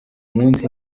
munsi